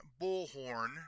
Bullhorn